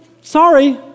sorry